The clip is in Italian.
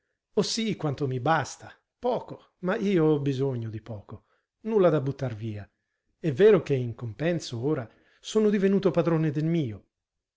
ho sì quanto mi basta poco ma io ho bisogno di poco nulla da buttar via è vero che in compenso ora sono divenuto padrone del mio